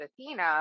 Athena